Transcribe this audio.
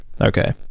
Okay